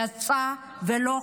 יצאה ולא חזרה.